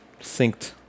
Synced